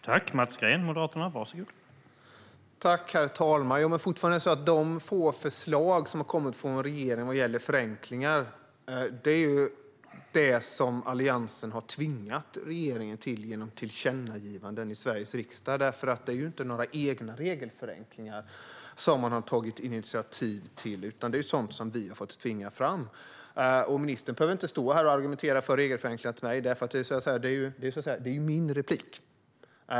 Herr talman! Fortfarande är det så att de få förslag vad gäller förenklingar som har kommit från regeringen är sådana som Alliansen har tvingat regeringen till genom tillkännagivanden från Sveriges riksdag. Det är nämligen inga egna regelförenklingar man har tagit initiativ till, utan det är sådant som vi har fått tvinga fram. Ministern behöver inte stå här och argumentera för regelförenklingar inför mig; det är ju så att säga min replik.